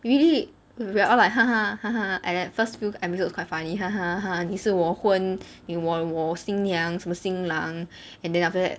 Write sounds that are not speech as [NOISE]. you really we're all like [LAUGHS] at at first few episodes quite funny [LAUGHS] 你是我昏你我我新娘什么新郎 and then after that